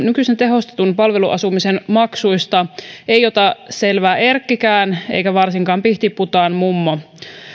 nykyisen tehostetun palveluasumisen maksuista ei ota selvää erkkikään eikä varsinkaan pihtiputaan mummo